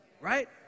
Right